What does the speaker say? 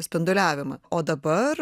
spinduliavimą o dabar